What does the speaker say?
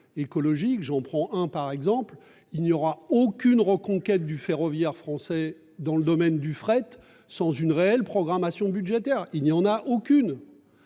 écologique. J'en prends un par exemple, il n'y aura aucune reconquête du ferroviaire français dans le domaine du fret sans une réelle programmation budgétaire. Il n'y en a aucune.